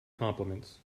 compliments